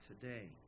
today